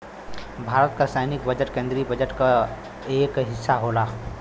भारत क सैनिक बजट केन्द्रीय बजट क एक हिस्सा होला